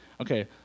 Okay